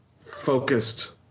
focused